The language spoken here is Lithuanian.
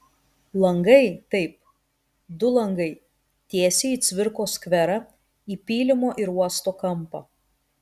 langai taip du langai tiesiai į cvirkos skverą į pylimo ir uosto kampą